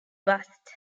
bust